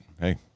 Hey